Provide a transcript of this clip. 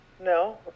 No